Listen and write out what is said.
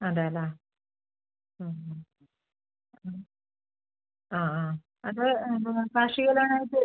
അതെയല്ലേ ആ ആ അത് എന്തുന്നാ കാർഷിക ലോണായിട്ട്